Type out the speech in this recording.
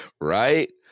right